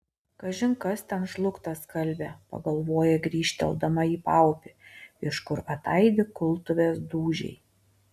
kažin kas ten žlugtą skalbia pagalvoja grįžteldama į paupį iš kur ataidi kultuvės dūžiai